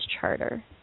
charter